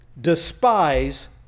despise